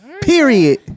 Period